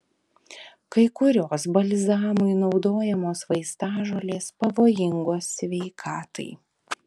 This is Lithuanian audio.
kai kurios balzamui naudojamos vaistažolės pavojingos sveikatai